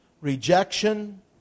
rejection